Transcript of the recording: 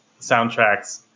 soundtracks